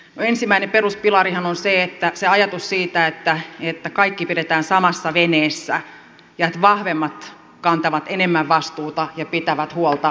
ensimmäinen peruspilarihan on ajatus siitä että kaikki pidetään samassa veneessä ja että vahvemmat kantavat enemmän vastuuta ja pitävät huolta heikompiosaisistaan